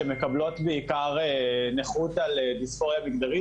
שמקבלות בעיקר נכות על דיספוביה מגדרית